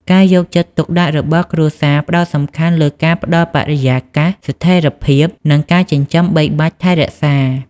ការយកចិត្តទុកដាក់របស់គ្រួសារផ្តោតសំខាន់លើការផ្ដល់បរិយាកាសស្ថិរភាព និងការចិញ្ចឹមបីបាច់ថែរក្សា។